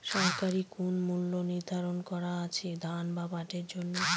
সরকারি কোন মূল্য নিধারন করা আছে ধান বা পাটের জন্য?